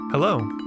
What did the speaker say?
Hello